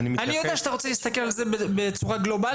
אני מתייחס --- אני יודע שאתה רוצה להסתכל על זה בצורה גלובלית.